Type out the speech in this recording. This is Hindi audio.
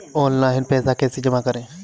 ऑनलाइन पैसा कैसे जमा करें बताएँ?